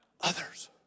Others